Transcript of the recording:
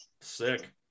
sick